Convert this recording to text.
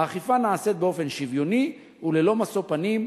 האכיפה נעשית באופן שוויוני וללא משוא פנים,